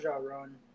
run